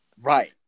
Right